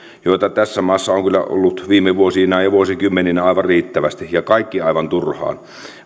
joita tässä maassa on kyllä ollut viime vuosina ja vuosikymmeninä aivan riittävästi ja kaikki aivan turhaan